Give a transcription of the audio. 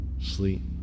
sleep